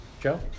Joe